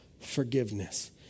forgiveness